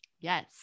Yes